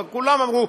וכולם אמרו: